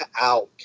out